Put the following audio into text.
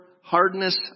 hardness